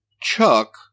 Chuck